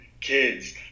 kids